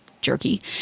jerky